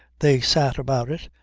they sat about it,